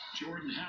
Jordan